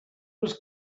was